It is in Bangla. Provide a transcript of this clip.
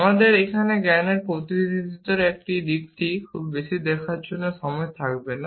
আমাদের এখানে জ্ঞানের প্রতিনিধিত্বের দিকটি খুব বেশি দেখার জন্য সময় থাকবে না